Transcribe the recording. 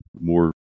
more